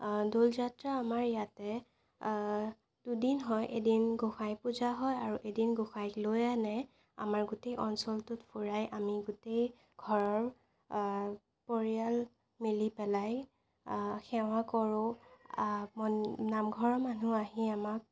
দৌল যাত্ৰা আমাৰ ইয়াতে দুদিন হয় এদিন গোঁসাই পূজা হয় আৰু এদিন গোঁসাইক লৈ আনে আমাৰ গোটেই অঞ্চলটোত ফুৰাই আমি গোটেই ঘৰৰ পৰিয়াল মিলি পেলাই সেৱা কৰোঁ নামঘৰৰ মানুহ আহি আমাক